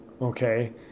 okay